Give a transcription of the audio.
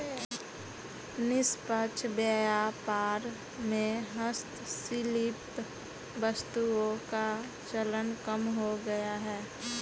निष्पक्ष व्यापार में हस्तशिल्प वस्तुओं का चलन कम हो गया है